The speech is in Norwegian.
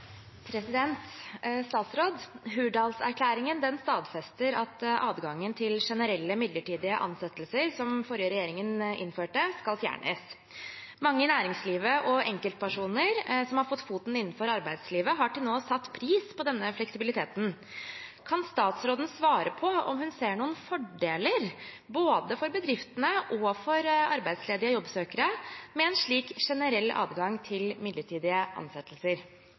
som har fått foten innenfor arbeidslivet, har til nå satt pris på denne fleksibiliteten. Kan statsråden svare på om hun ser noen fordeler, både for bedriftene og for arbeidsledige jobbsøkere, med en slik generell adgang til midlertidige ansettelser?»